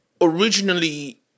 originally